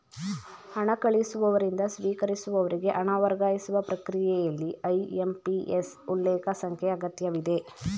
ಹಣ ಕಳಿಸುವವರಿಂದ ಸ್ವೀಕರಿಸುವವರಿಗೆ ಹಣ ವರ್ಗಾಯಿಸುವ ಪ್ರಕ್ರಿಯೆಯಲ್ಲಿ ಐ.ಎಂ.ಪಿ.ಎಸ್ ಉಲ್ಲೇಖ ಸಂಖ್ಯೆ ಅಗತ್ಯವಿದೆ